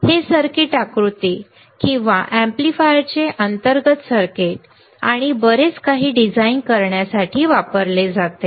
हे सर्किट आकृती किंवा एम्पलीफायर्सचे अंतर्गत सर्किट आणि बरेच काही डिझाइन करण्यासाठी वापरले जाते